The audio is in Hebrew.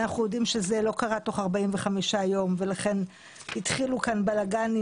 ואנחנו יודעים שזה לא קרה תוך 45 ימים ולכן התחילו כאן בלגנים